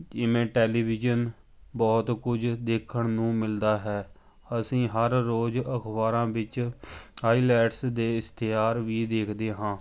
ਜਿਵੇਂ ਟੈਲੀਵਿਜ਼ਨ ਬਹੁਤ ਕੁਝ ਦੇਖਣ ਨੂੰ ਮਿਲਦਾ ਹੈ ਅਸੀਂ ਹਰ ਰੋਜ਼ ਅਖ਼ਬਾਰਾਂ ਵਿੱਚ ਆਈਲੈਟਸ ਦੇ ਇਸ਼ਤਿਆਰ ਵੀ ਦੇਖਦੇ ਹਾਂ